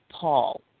Paul